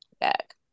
back